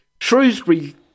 Shrewsbury